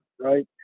right